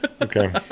Okay